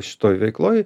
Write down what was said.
šitoj veikloj